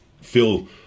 feel